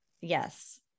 Yes